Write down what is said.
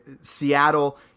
Seattle